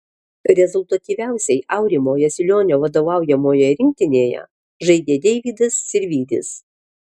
rezultatyviausiai aurimo jasilionio vadovaujamoje rinktinėje žaidė deividas sirvydis